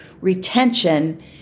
retention